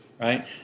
right